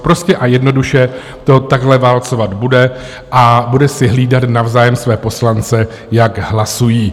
Prostě a jednoduše to takhle válcovat bude a bude si hlídat navzájem své poslance, jak hlasují.